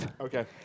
Okay